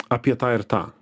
apie tą ir tą